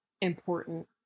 important